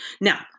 Now